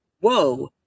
whoa